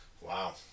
Wow